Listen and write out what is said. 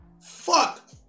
fuck